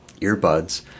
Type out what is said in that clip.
earbuds